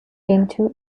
into